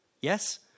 Yes